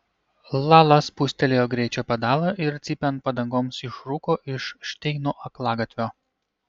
lala spustelėjo greičio pedalą ir cypiant padangoms išrūko iš šteinų aklagatvio